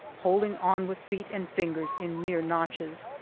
holding on with feet and fingers in mere notches.